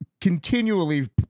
continually